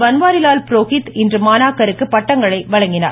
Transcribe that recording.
பன்வாரிலால் புரோஹித் இன்று மாணாக்கருக்கு பட்டங்களை வழங்கினார்